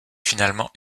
finalement